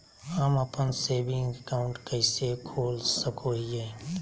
हम अप्पन saving account कइसे खोल सको हियै?